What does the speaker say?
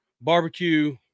barbecue